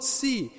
see